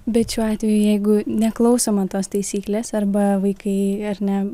bet šiuo atveju jeigu neklausoma tos taisyklės arba vaikai ar ne